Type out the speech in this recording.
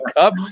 Cup